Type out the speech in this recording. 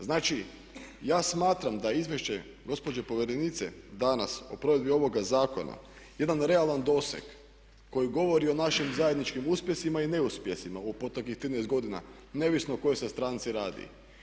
Znači ja smatram da izvješće gospođe povjerenice danas o provedbi ovoga zakona jedan realan doseg koji govori o našim zajedničkim uspjesima i neuspjesima u proteklih 13 godina neovisno o kojoj se stranci radi.